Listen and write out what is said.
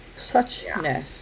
Suchness